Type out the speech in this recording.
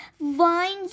vines